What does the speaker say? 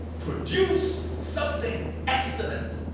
produce something excellent,